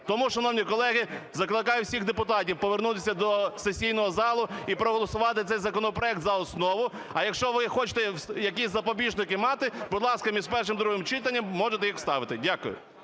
Тому, шановні колеги, закликаю всіх депутатів повернутися до сесійного залу і проголосувати цей законопроект за основу, а якщо ви хочете якісь запобіжники мати, будь ласка, між першим і другим читанням можете їх вставити. Дякую.